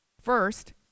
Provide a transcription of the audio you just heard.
First